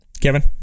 Kevin